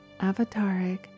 Avataric